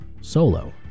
Solo